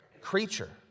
creature